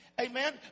Amen